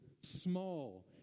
small